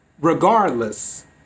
regardless